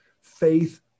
faith